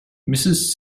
mrs